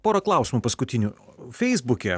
porą klausimų paskutinių feisbuke